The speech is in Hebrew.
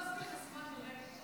לא, עשיתי, של לב.